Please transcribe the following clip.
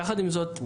יחד עם זאת,